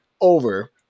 over